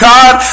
God